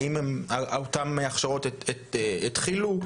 האם אותן הכשרות התחילו?